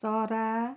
चरा